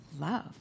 love